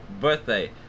Birthday